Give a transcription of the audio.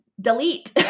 Delete